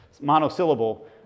monosyllable